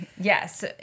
Yes